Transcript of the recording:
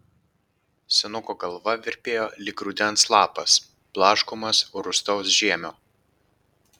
senuko galva virpėjo lyg rudens lapas blaškomas rūstaus žiemio